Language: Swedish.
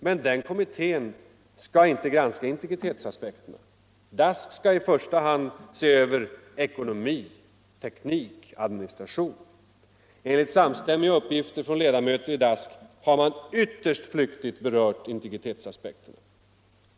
Men DASK skall inte granska integritetsaspekterna. DASK skall i första hand se över ekonomi, teknik och administration. Enligt samstämmiga uppgifter från ledamöter i DASK har kommittén ytterst flyktigt berört integritetsaspekterna.